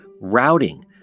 routing